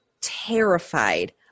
terrified